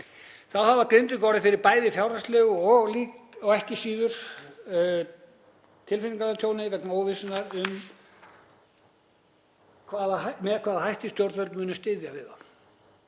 Þá hafa Grindvíkingar orðið fyrir bæði fjárhagslegu og ekki síður tilfinningalegu tjóni vegna óvissunnar um með hvaða hætti stjórnvöld muni styðja við þá.